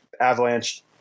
Avalanche